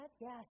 yes